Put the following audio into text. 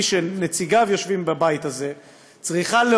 מהשנה שעברה,